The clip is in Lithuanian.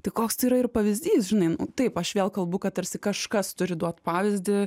tai koks tai yra ir pavyzdys žinai nu taip aš vėl kalbu kad tarsi kažkas turi duot pavyzdį